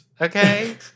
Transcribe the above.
okay